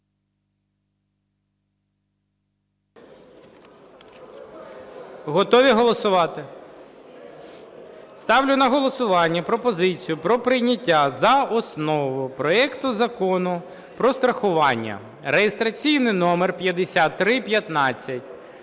Готові голосувати? Ставлю на голосування пропозицію про прийняття за основу проекту Закону про страхування (реєстраційний номер 5315).